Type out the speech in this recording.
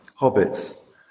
hobbits